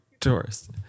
tourist